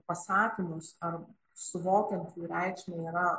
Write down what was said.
pasakymus ar suvokiant jų reikšmę yra